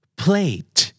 plate